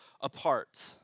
apart